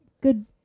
good